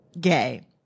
gay